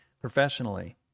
professionally